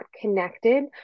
connected